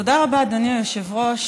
תודה רבה, אדוני היושב-ראש.